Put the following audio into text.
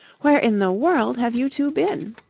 where in the world have you two been?